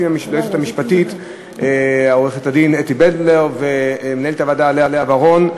המשפטית עורכת-הדין אתי בנדלר ולמנהלת הוועדה לאה ורון.